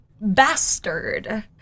Bastard